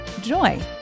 joy